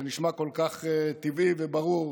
זה נשמע כל כך טבעי וברור,